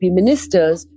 ministers